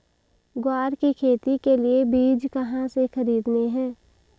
ग्वार की खेती के लिए बीज कहाँ से खरीदने हैं?